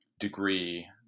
degree